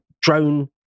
drone